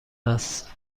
است